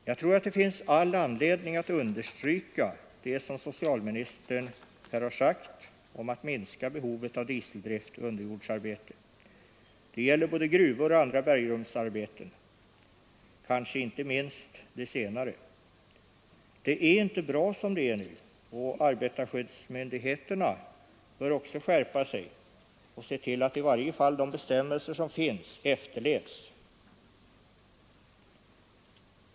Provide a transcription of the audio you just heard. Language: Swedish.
Jag tror att det finns all anledning att understryka det som socialministern har sagt om att minska behovet av dieseldrift vid underjordsarbete; det gäller både gruvor och andra bergrum, kanske inte minst de senare. Det är inte bra som det är nu, och arbetarskyddsmyndigheterna bör skärpa sig och se till att i varje fall de bestämmelser som finns efterlevs.